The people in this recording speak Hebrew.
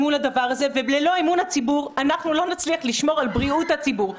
ללא אמון הציבור לא נצליח לשמור על בריאות הציבור.